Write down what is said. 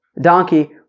donkey